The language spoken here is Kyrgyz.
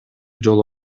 жолу